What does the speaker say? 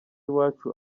iwacu